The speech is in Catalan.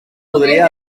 podria